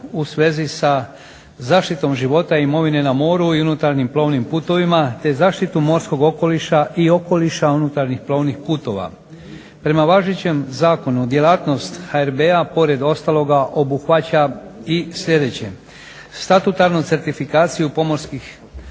u svezi za zaštitom života i imovine na moru i unutarnjim plovnim putovima te zaštitu morskog okoliša i okoliša unutarnjih plovnih putova. Prema važećem zakonu djelatnost HRB-a pored ostaloga obuhvaća i sljedeće, statutarnu certifikaciju pomorskih